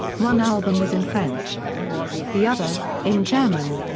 one album was in french the other, in german.